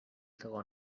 segon